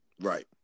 right